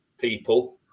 people